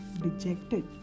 dejected